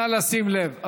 נא לשים לב.